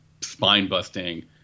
spine-busting